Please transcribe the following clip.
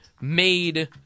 made